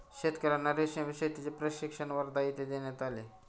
शेतकर्यांना रेशीम शेतीचे प्रशिक्षण वर्धा येथे देण्यात आले